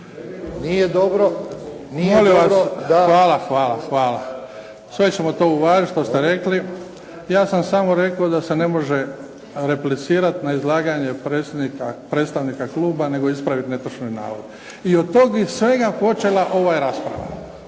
Luka (HDZ)** Hvala. Sve ćemo to uvažiti što ste rekli. Ja sam samo rekao da se ne može replicirati na izlaganje predstavnika kluba nego ispraviti netočni navod. I od toga svega je počela ova rasprava.